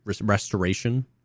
restoration